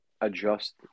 adjust